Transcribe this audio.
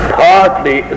partly